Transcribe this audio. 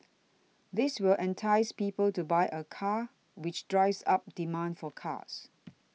this will entice people to buy a car which drives up demand for cars